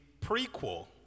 prequel